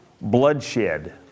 bloodshed